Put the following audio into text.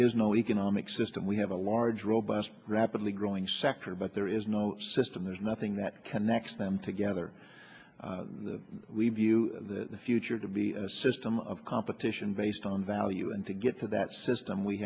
is no economic system we have a large robust rapidly growing sector but there is no system there's nothing that connects them together we view the future to be a system of competition based on value and to get to that system we